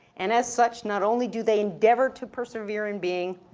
and as such, not only do they endeavor to persevere in being,